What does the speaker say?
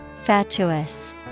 Fatuous